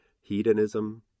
Hedonism